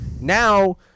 Now